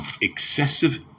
excessive